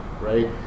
right